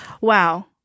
wow